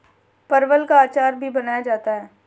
परवल का अचार भी बनाया जाता है